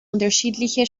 unterschiedliche